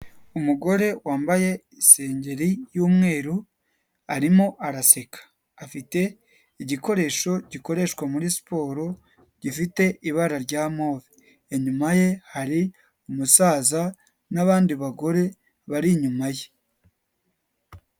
Umugore wambaye isengeri y'umweru arimo araseka, afite igikoresho gikoreshwa muri siporo gifite ibara rya move, inyuma ye hari umusaza n'abandi bagore bari inyuma ye.